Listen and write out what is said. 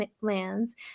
lands